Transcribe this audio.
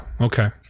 okay